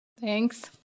Thanks